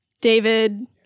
David